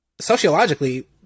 sociologically